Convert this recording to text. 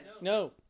no